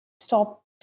stop